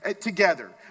together